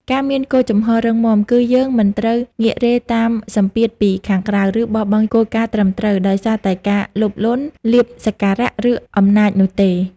ការមានគោលជំហររឹងមាំ គឺយើងមិនត្រូវងាករេតាមសម្ពាធពីខាងក្រៅ ឬបោះបង់គោលការណ៍ត្រឹមត្រូវ ដោយសារតែការលោភលន់ លាភសក្ការៈ ឬអំណាចនោះទេ។